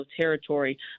territory